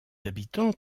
habitants